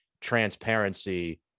transparency